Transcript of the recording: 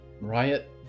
Riot